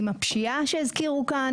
עם הפשיעה שהזכירו כאן,